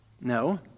No